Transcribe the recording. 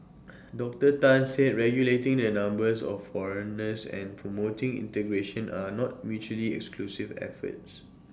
Doctor Tan said regulating the numbers of foreigners and promoting integration are not mutually exclusive efforts